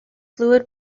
fluid